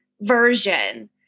version